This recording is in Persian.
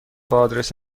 آدرس